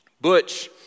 Butch